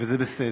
וזה בסדר,